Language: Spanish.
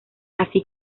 así